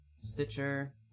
Stitcher